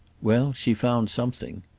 well, she found something.